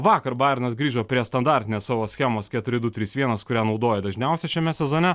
vakar bajernas grįžo prie standartinės savo schemos keturi du trys vienas kurią naudojo dažniausiai šiame sezone